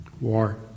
War